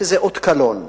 וזה אות קלון למדינה.